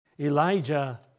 Elijah